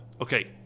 Okay